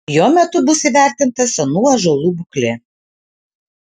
jo metu bus įvertinta senų ąžuolų būklė